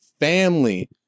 Family